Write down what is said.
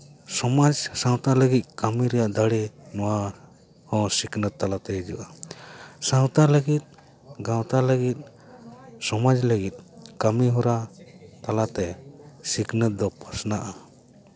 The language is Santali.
ᱥᱚᱢᱟᱡᱽ ᱥᱮ ᱥᱟᱶᱛᱟ ᱞᱟᱹᱜᱤᱫ ᱠᱟᱹᱢᱤ ᱨᱮᱭᱟᱜ ᱫᱟᱲᱮ ᱱᱚᱶᱟ ᱦᱚᱸ ᱥᱤᱠᱷᱱᱟᱹᱛ ᱛᱟᱞᱟᱛᱮ ᱦᱤᱡᱩᱜᱼᱟ ᱥᱟᱶᱛᱟ ᱞᱟᱹᱜᱤᱫ ᱜᱟᱶᱛᱟ ᱞᱟᱹᱜᱤᱫ ᱥᱚᱢᱟᱡᱽ ᱞᱟᱹᱜᱤᱫ ᱠᱟᱹᱢᱤ ᱦᱚᱨᱟ ᱛᱟᱞᱟᱛᱮ ᱥᱤᱠᱷᱱᱟᱹᱛ ᱫᱚ ᱯᱟᱥᱱᱟᱜᱼᱟ